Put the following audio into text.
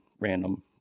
random